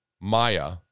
Maya